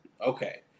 okay